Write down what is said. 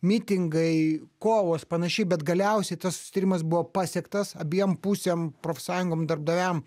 mitingai kovos panašiai bet galiausiai tas susitarimas buvo pasiektas abiem pusėm profsąjungom darbdaviam